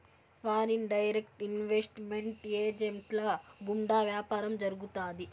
foreign direct investment ఏజెంట్ల గుండా వ్యాపారం జరుగుతాది